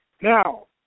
now